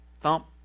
thump